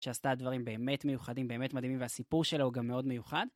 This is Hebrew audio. שעשתה דברים באמת מיוחדים, באמת מדהימים, והסיפור שלה הוא גם מאוד מיוחד.